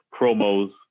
promos